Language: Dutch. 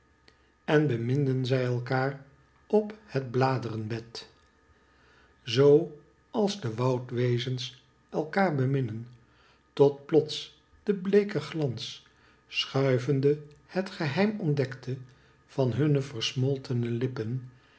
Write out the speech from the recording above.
en beminden zij elkaar op het bladerenbed zoo als de woudwezens elkander beminnen tot plots de bleeke glans schuivende het geheim ontdekte van hunne versmoltene lippen